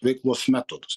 veiklos metodus